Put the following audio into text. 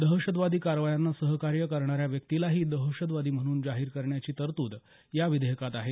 दहशतवादी कारवायांना सहकार्य करणाऱ्या व्यक्तीलाही दहशतवादी म्हणून जाहीर करण्याची तरतूद या विधेयकात आहे